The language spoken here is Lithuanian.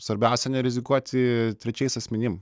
svarbiausia nerizikuoti trečiais asmenim